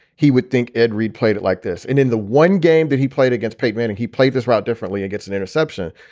he would think ed reed played it like this. and in the one game that he played against peyton manning, and he played this route differently and gets an interception.